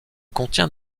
contient